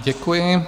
Děkuji.